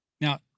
Now